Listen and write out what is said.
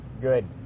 Good